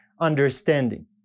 understanding